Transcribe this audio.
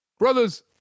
Brothers